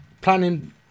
planning